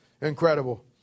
Incredible